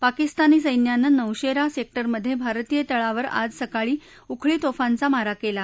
पाकिस्तानी सैन्यानं नौशप्तीसक्टिरमध्य भोरतीय तळावर आज सकाळी उखळी तोफांचा मारा कला